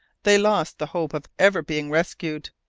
they lost the hope of ever being rescued.